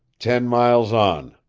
ten miles on.